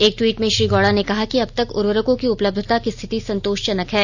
एक ट्वीट में श्री गौडा ने कहा कि अब तक उर्वरको की उपलब्यता की स्थिति संतोषजनक है